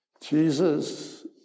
Jesus